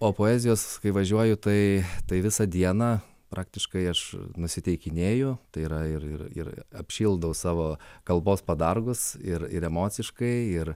o poezijos kai važiuoju tai tai visą dieną praktiškai aš nusiteikinėju tai yra ir ir ir apšildau savo kalbos padargus ir ir emociškai ir